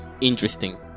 interesting